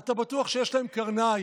אתה בטוח שיש להם קרניים.